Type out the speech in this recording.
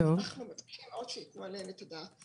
אנחנו מבקשים מאוד שייתנו עליהן את הדעת.